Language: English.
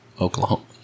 Oklahoma